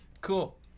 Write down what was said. Cool